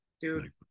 Dude